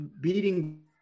beating